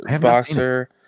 Boxer